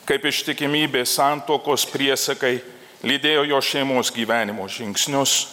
kaip ištikimybė santuokos priesakai lydėjo jo šeimos gyvenimo žingsnius